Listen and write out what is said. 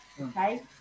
okay